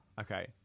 okay